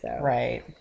Right